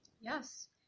Yes